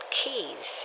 keys